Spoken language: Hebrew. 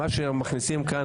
הם מבקשים להכניס כאן,